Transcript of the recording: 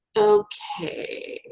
okay.